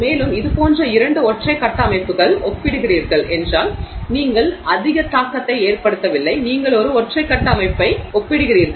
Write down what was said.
மேலும் இதுபோன்ற இரண்டு ஒற்றை கட்ட அமைப்புகள் ஒப்பிடுகிறீர்கள் என்றால் நீங்கள் அதிக தாக்கத்தை ஏற்படுத்தவில்லை நீங்கள் ஒரு ஒற்றை கட்ட அமைப்பை ஒப்பிடுகிறீர்கள்